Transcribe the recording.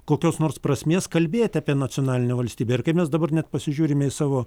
kokios nors prasmės kalbėt apie nacionalinę valstybę ir kaip mes dabar net pasižiūrime į savo